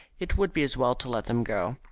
it would be as well to let them go.